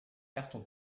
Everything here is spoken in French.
carton